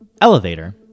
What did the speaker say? elevator